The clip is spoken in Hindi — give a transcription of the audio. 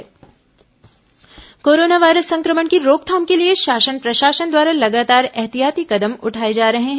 कोरोना जिला कोरोना वायरस संक्रमण की रोकथाम के लिए शासन प्रशासन द्वारा लगातार एहतियाती कदम उठाए जा रहे हैं